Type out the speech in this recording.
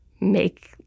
make